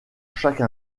chaque